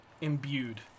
imbued